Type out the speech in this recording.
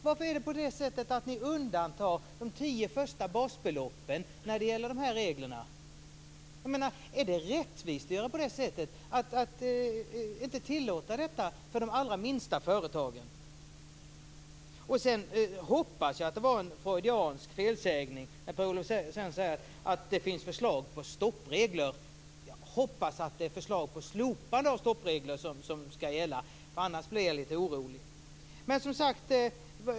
Varför undantar ni de tio första basbeloppen i de här reglerna? Är det rättvist att inte tillåta denna lättnad i de allra minsta företagen? Vidare hoppas jag att det var en freudiansk felsägning när Per-Olof Svensson anförde att det finns förslag till stoppregler. Jag hoppas att det gäller slopande av förslag till stoppregler. Annars blir jag lite orolig.